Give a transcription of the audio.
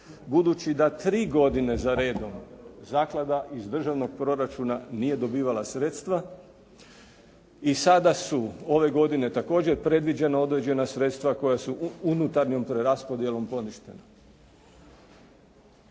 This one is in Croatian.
budući da tri godine za redom, zaklada iz državnog proračuna nije dobivala sredstva. I sada su ove godine također predviđena određena sredstva koja su unutarnjom preraspodjelom poništena.